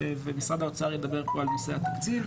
ומשרד האוצר ידבר פה על נושא התקציב,